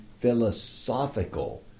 philosophical